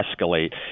escalate